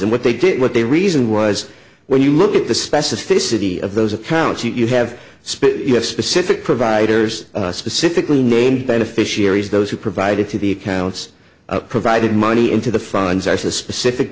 and what they did what they reason was when you look at the specificity of those accounts you have you have specific providers specifically named beneficiaries those who provided to the accounts provided money into the funds or the specific